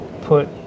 put